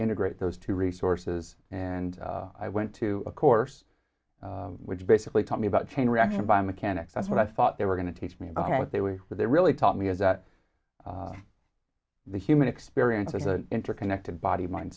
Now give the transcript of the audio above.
integrate those two resources and i went to a course which basically told me about chain reaction by mechanics that's what i thought they were going to teach me what they were what they really taught me is that the human experience is the interconnected body mind